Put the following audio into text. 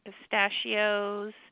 pistachios